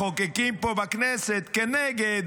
מחוקקים פה בכנסת כנגד